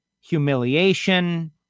humiliation